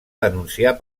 denunciar